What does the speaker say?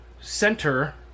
center